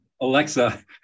Alexa